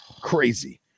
Crazy